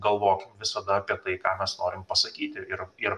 galvokim visada apie tai ką mes norim pasakyti ir ir